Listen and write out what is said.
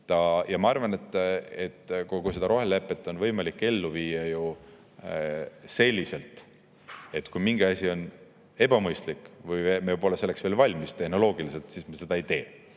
Ja ma arvan, et kogu seda rohelepet on võimalik ellu viia selliselt, et kui mingi asi on ebamõistlik või me pole selleks veel tehnoloogiliselt valmis, siis me seda ei tee,